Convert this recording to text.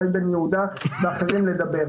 שי בן יהודה ואחרים - לדבר.